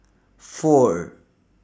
four